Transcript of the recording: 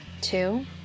two